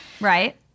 Right